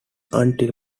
until